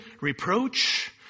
reproach